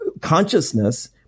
consciousness